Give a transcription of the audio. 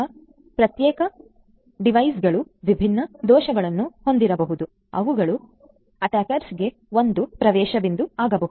ಆ ಪ್ರತ್ಯೇಕ ಡಿವೈಸ್ಗಳು ವಿಭಿನ್ನ ದೋಷಗಳನ್ನು ಹೊಂದಿರಬಹುದು ಅವುಗಳು ಅಟ್ಟಾಕರ್ ಒಂದು ಪ್ರವೇಶಬಿಂದು ಆಗಬಹುದೂ